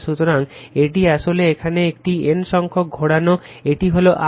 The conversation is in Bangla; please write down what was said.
সুতরাং এটি আসলে এখানে এটি N সংখক ঘোরানো এটি হলো I